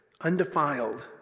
undefiled